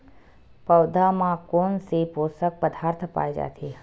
पौधा मा कोन से पोषक पदार्थ पाए जाथे?